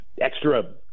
extra